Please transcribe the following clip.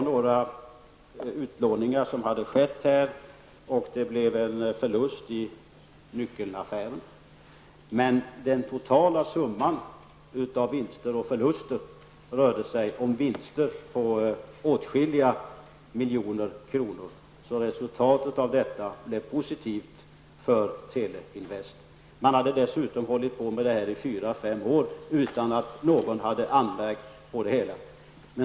Några utlåningar hade skett, och det blev en förlust i Nyckeln-affären, men den totala summan av vinster och förluster slutade på vinster på åtskilliga miljoner kronor. Resultatet blev alltså positivt för Teleinvest. Man hade dessutom hållit på med detta i fyra fem år utan att någon hade anmärkt på det hela.